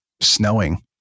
snowing